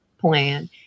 plan